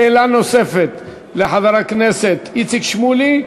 שאלה נוספת לחבר הכנסת איציק שמולי,